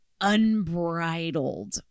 unbridled